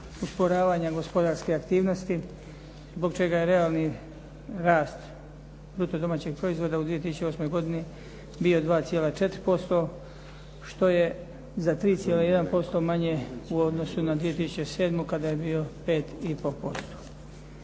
usporavanja gospodarske aktivnosti zbog čega je realni rast bruto domaćeg proizvoda u 2008. godini bio 2,4% što je za 3,1% manje u odnosu na 2007. kada je bio 5,5%.